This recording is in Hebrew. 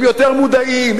הם יותר מודעים,